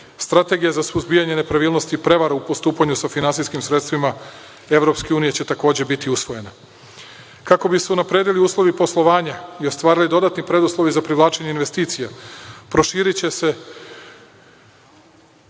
Strategija za suzbijanje nepravilnosti i prevara u postupanju sa finansijskim sredstvima EU će takođe biti usvojena. Kako bi se unapredili uslovi poslovanja i ostvarili dodatni preduslovi za privlačenje investicija proširiće se